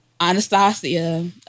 Anastasia